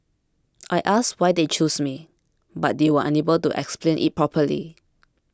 I asked why they chose me but they were unable to explain it properly